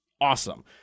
awesome